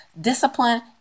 discipline